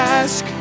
ask